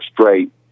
straight